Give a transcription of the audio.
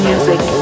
Music